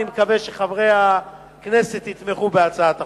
אני מקווה שחברי הכנסת יתמכו בהצעת החוק.